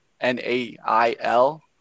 N-A-I-L